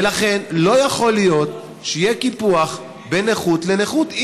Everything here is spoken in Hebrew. ולכן, לא יכול להיות שיהיה קיפוח בין נכות לנכות.